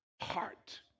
heart